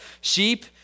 sheep